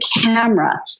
camera